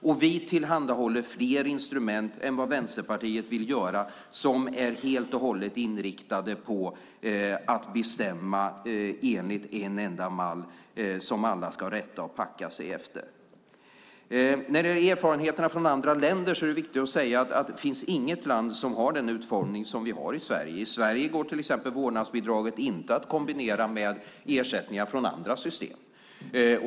Och vi tillhandahåller fler instrument än vad Vänsterpartiet vill göra som är helt och hållet inriktat på att bestämma enligt en enda mall som alla ska rätta och packa sig efter. När det gäller erfarenheterna från andra länder är det viktigt att säga att det inte finns något land som har den utformning som vi har i Sverige. I Sverige går till exempel vårdnadsbidraget inte att kombinera med ersättningar från andra system.